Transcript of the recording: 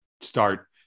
start